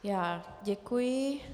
Já děkuji.